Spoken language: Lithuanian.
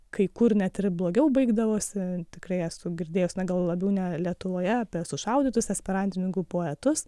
kai kur net ir blogiau baigdavosi tikrai esu girdėjus na gal labiau ne lietuvoje apie sušaudytus esperantininkų poetus